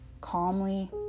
calmly